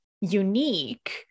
unique